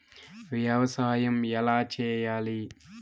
వ్యవసాయం ఎలా చేయాలి?